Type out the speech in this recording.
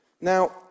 Now